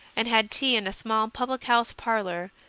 and had tea in a small public-house parlour,